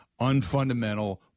unfundamental